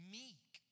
meek